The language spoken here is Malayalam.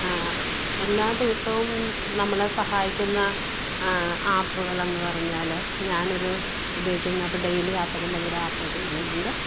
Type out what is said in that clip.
എല്ലാ ദിവസവും നമ്മളെ സഹായിക്കുന്ന ആപ്പുകളെന്ന് പറഞ്ഞാല് ഞാനൊരു ഉപയോഗിക്കുന്നാപ്പ് ഡെയ്ലി ആപ്പെന്ന് പറഞ്ഞൊരു ആപ്പുപയോഗിക്കുന്നുണ്ട്